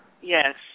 Yes